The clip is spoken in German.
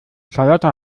charlotte